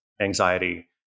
anxiety